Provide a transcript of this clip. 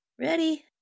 Ready